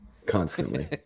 constantly